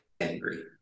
angry